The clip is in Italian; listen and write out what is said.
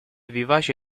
vivace